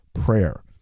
prayer